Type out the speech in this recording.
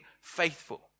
faithful